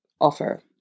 offer